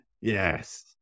Yes